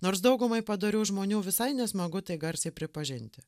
nors daugumai padorių žmonių visai nesmagu tai garsiai pripažinti